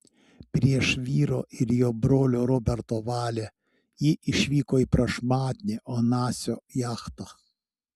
prieš vyro ir jo brolio roberto valią ji išvyko į prašmatnią onasio jachtą